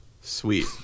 Sweet